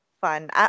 fun